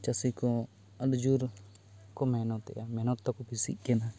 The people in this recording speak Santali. ᱪᱟᱹᱥᱤ ᱠᱚ ᱟᱹᱰᱤᱡᱳᱨ ᱠᱚ ᱢᱮᱦᱱᱚᱛᱮᱜᱼᱟ ᱢᱮᱦᱱᱚᱛ ᱛᱟᱠᱚ ᱵᱮᱥᱤᱜ ᱠᱟᱱᱟ